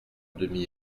demi